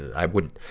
i would,